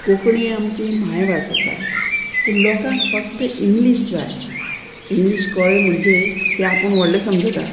कोंकणी आमची मायभास आसा पूण लोकांक फक्त इंग्लीश जाय इंग्लीश कळ्ळें म्हणजे ते आपूण व्हडले समजता